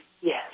Yes